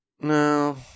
No